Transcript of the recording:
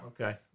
Okay